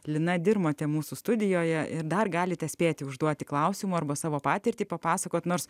lina dirmotė mūsų studijoje ir dar galite spėti užduoti klausimų arba savo patirtį papasakoti nors